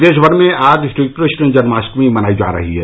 प्रदेश भर में आज श्रीकृष्ण जन्माष्टमी मनाई जा रही है